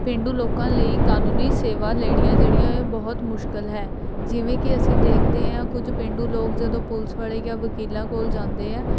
ਪੇਂਡੂ ਲੋਕਾਂ ਲਈ ਕਾਨੂੰਨੀ ਸੇਵਾ ਲੈਣੀਆਂ ਜਿਹੜੀਆਂ ਕਿ ਬਹੁਤ ਮੁਸ਼ਕਲ ਹੈ ਜਿਵੇਂ ਕਿ ਅਸੀਂ ਦੇਖਦੇ ਹਾਂ ਕੁਝ ਪੇਂਡੂ ਲੋਕ ਜਦੋਂ ਪੁਲਿਸ ਵਾਲੇ ਜਾਂ ਵਕੀਲਾਂ ਕੋਲ ਜਾਂਦੇ ਆ